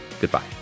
Goodbye